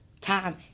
Time